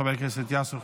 חבר הכנסת יאסר חוג'יראת,